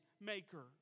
maker